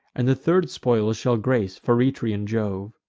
and the third spoils shall grace feretrian jove.